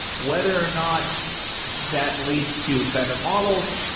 whether or not that leads to better models,